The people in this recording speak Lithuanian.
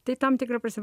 tai tam tikra prasme